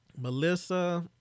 Melissa